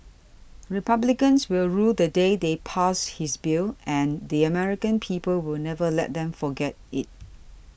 republicans will rue the day they passed this bill and the American people will never let them forget it